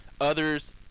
others